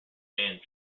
band